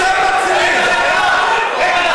משם מתחילים, משם מתחילים.